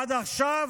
עד עכשיו